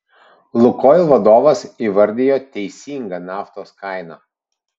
lukoil vadovas įvardijo teisingą naftos kainą